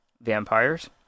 Vampires